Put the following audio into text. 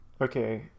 Okay